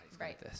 Right